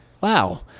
Wow